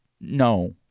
no